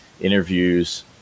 interviews